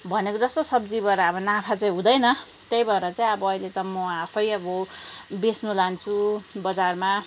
भनेको जस्तो सब्जीबाट अब नाफा चाहिँ हुँदैन त्यही भएर चाहिँ अब अहिले त म आफै अब बेच्नु लान्छु बजारमा